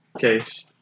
Case